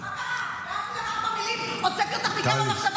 אני אפריע לך, כן.